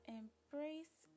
embrace